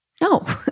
No